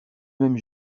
même